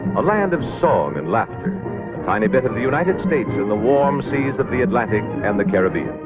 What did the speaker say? a land of song and laughter, a tiny bit of the united states in the warm seas of the atlantic and the caribbean